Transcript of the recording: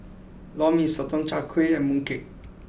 Lor Mee Sotong Char Kway and Mooncake